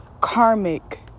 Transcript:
karmic